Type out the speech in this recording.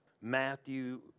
Matthew